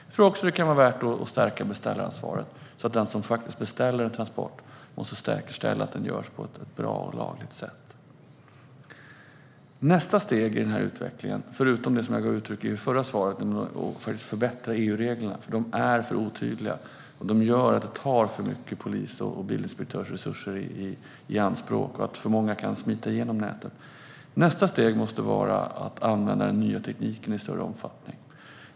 Jag tror också att det kan vara värt att stärka beställaransvaret, så att den som beställer en transport måste säkerställa att den sker på ett bra och lagligt sätt. Förutom det som jag sa i det förra svaret behöver EU-reglerna förbättras, för de är för otydliga och gör att det tar för mycket polis och bilinspektörsresurser i anspråk och att för många kan smita igenom nätet. Nästa steg måste vara att använda den nya tekniken i större omfattning.